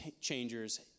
changers